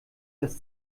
das